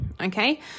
Okay